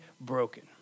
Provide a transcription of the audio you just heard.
broken